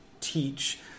teach